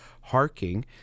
harking